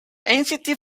anxiety